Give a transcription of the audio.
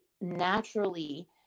naturally